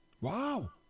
Wow